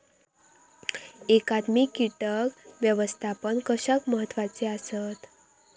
एकात्मिक कीटक व्यवस्थापन कशाक महत्वाचे आसत?